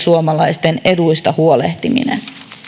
suomalaisten eduista huolehtiminen